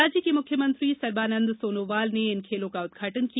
राज्य के मुख्यमंत्री सर्बानंद सोनोवाल ने इन खेलों का उद्घाटन किया